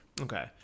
Okay